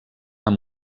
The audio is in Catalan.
amb